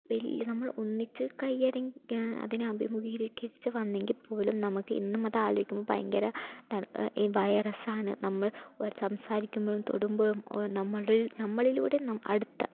വലിയ നമ്മൾ ഒന്നിച്ച് അതിനെ അഭിമുഖീകരിച്ച് വന്നെങ്കിൽ പോലും നമുക്ക് ഇന്നും അത് ആലോചിക്കുമ്പോൾ ഭയങ്കര ഈ വൈറസ്സാണ് നമ്മൾ ഒരു സംസാരിക്കുമ്പോഴും തൊടുമ്പോഴും നമ്മളിലൂടെ അടുത്ത